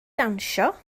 dawnsio